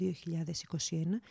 2021